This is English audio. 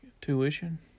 Tuition